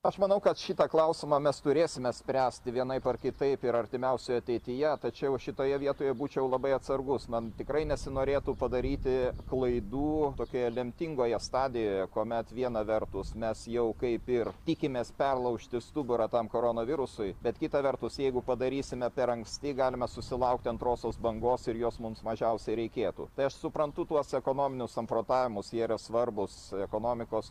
aš manau kad šitą klausimą mes turėsime spręsti vienaip ar kitaip ir artimiausioj ateityje tačiau šitoje vietoje būčiau labai atsargus man tikrai nesinorėtų padaryti klaidų tokioje lemtingoje stadijoje kuomet viena vertus mes jau kaip ir tikimės perlaužti stuburą tam koronavirusui bet kita vertus jeigu padarysime per anksti galime susilaukti antrosios bangos ir jos mums mažiausiai reikėtų tai aš suprantu tuos ekonominius samprotavimus jie yra svarbūs ekonomikos